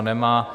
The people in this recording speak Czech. Nemá.